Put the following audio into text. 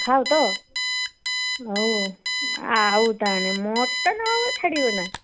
ଖାଅ ତ ହେଉ ଆଉ ଆଉ ତାହେନେ ମଟନ୍ ହେବ ଛାଡ଼ିବନା